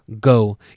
go